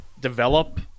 develop